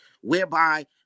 whereby